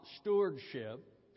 stewardship